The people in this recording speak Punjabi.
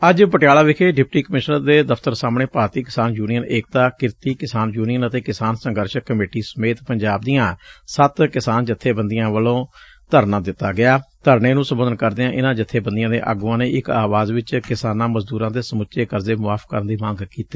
ਅੱਜ ਪਟਿਆਲਾ ਵਿਖੇ ਡਿਪਟੀ ਕਮਿਸ਼ਨਰ ਦੇ ਦਫ਼ਤਰ ਸਾਹਮਣੇ ਭਾਰਤੀ ਕਿਸਾਨ ਯੁਨੀਅਨ ਏਕਤਾ ਕਿਰਤੀ ਕਿਸਾਨ ਯੁਨੀਅਨ ਅਤੇ ਕਿਸਾਨ ਸੰਘਰਸ਼ ਕਮੇਟੀ ਸਮੇਤ ਪੰਜਾਬ ਦੀਆਂ ਸੱਤ ਕਿਸਾਨ ਜੱਬੇਬੰਦੀਆਂ ਵੱਲੋਂ ਧਰਨਾ ਦਿੱਤਾ ਗਿਆ ਧਰਨੇ ਨੂੰ ਸੰਬੋਧਨ ਕਰਦਿਆਂ ਇਨੂਾਂ ਜਬੇਬੰਦੀਆਂ ਦੇ ਆਗੁਆਂ ਨੇ ਇਕ ਅਵਾਜ ਵਿਚ ਕਿਸਾਨਾਂ ਮਜ਼ਦੁਰਾਂ ਦੇ ਸਮੁੱਚੇ ਕਰਜ਼ੇ ਮੁਆਫ਼ ਕਰਨ ਦੀ ਮੰਗ ਕੀਤੀ